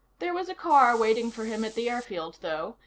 there was a car waiting for him at the airfield, though,